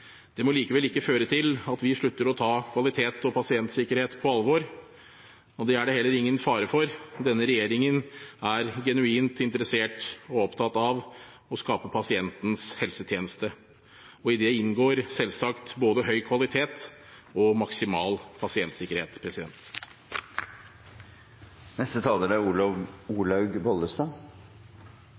Det må likevel ikke føre til at vi slutter å ta kvalitet og pasientsikkerhet på alvor. Det er det heller ingen fare for – denne regjeringen er genuint interessert i og opptatt av å skape pasientens helsetjeneste. I det inngår selvsagt både høy kvalitet og maksimal pasientsikkerhet.